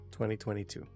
2022